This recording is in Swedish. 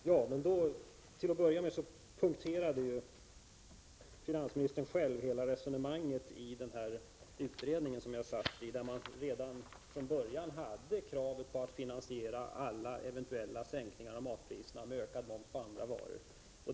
Herr talman! Till att börja med punkterade finansministern själv hela resonemanget i utredningen som jag satt i, där man redan från början hade krav på att finansiera alla eventuella sänkningar av matpriserna med ökad moms på andra varor.